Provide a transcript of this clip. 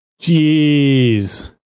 Jeez